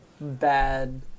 bad